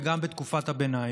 וגם בתקופת הביניים,